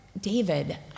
David